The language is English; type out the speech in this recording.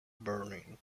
burning